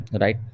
Right